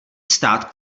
stát